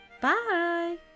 Bye